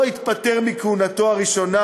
לא התפטר מכהונתו הראשונה,